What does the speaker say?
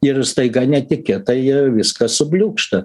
ir staiga netikėtai viskas subliūkšta